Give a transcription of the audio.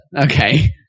okay